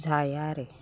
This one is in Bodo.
जाया आरो